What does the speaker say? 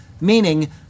meaning